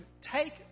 take